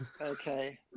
Okay